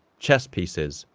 chess pieces,